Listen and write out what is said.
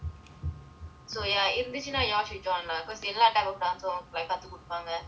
so ya if busy you all should join lah எல்லா வகை:ellaa vagai dance கத்து குடுப்பாங்க:kathu kudupaanga classical